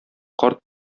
карт